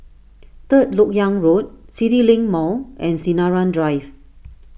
Third Lok Yang Road CityLink Mall and Sinaran Drive